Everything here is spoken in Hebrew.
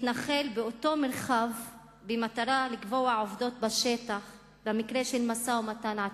להתנחל באותו מרחב במטרה לקבוע עובדות בשטח למקרה של משא-ומתן עתידי,